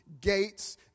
Gates